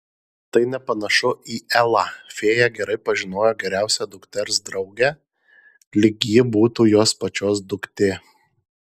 tai nepanašu į elą fėja gerai pažinojo geriausią dukters draugę lyg ji būtų jos pačios duktė